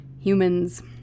humans